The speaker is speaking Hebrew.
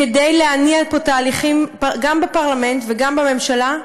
כדי להניע פה תהליכים, גם בפרלמנט וגם בממשלה.